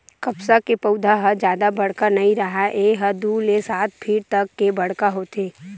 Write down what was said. कपसा के पउधा ह जादा बड़का नइ राहय ए ह दू ले सात फीट तक के बड़का होथे